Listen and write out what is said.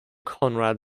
conrad